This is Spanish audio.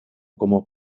como